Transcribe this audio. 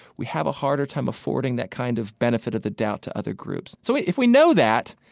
we have a harder time affording that kind of benefit of the doubt to other groups. so if we know that,